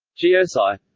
geosci.